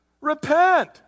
repent